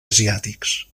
asiàtics